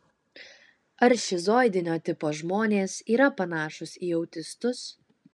ar šizoidinio tipo žmonės yra panašūs į autistus